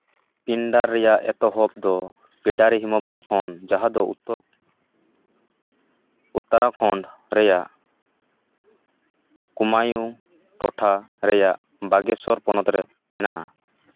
ᱯᱤᱱᱰᱟᱨ ᱨᱮᱭᱟᱜ ᱮᱛᱦᱚᱵ ᱫᱚ ᱯᱤᱰᱟᱨᱤ ᱦᱤᱢᱚᱵᱟᱦᱚ ᱠᱷᱚᱱ ᱡᱟᱦᱟᱸ ᱫᱚ ᱩᱛᱛᱚᱨ ᱩᱛᱛᱚᱨᱟᱠᱷᱚᱱᱰ ᱨᱮᱭᱟᱜ ᱠᱚᱢᱟᱭᱩ ᱴᱚᱴᱷᱟ ᱨᱮᱭᱟᱜ ᱵᱟᱜᱮᱥᱚᱨ ᱯᱚᱱᱚᱛ ᱨᱮ ᱢᱮᱱᱟᱜᱼᱟ